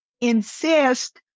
insist